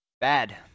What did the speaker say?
Bad